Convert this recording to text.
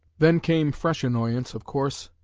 then came fresh annoyance, of course,